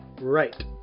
Right